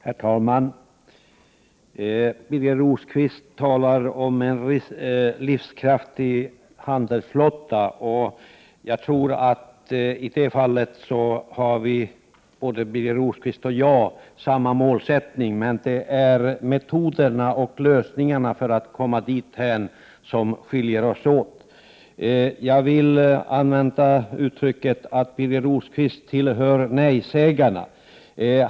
Herr talman! Birger Rosqvist talar om en livskraftig handelsflotta. I det fallet har både Birger Rosqvist och jag samma målsättning, men vi skiljer oss beträffande lösningarna och metoderna för att komma dit. Jag vill använda uttryckssättet att Birger Rosqvist tillhör nejsägarna.